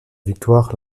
victoire